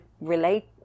relate